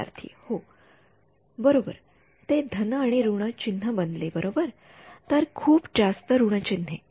विद्यार्थी हो बरोबर ते धन आणि ऋण चिन्ह बनले बरोबर तर खूप जास्त ऋण चिन्हे